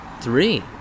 Three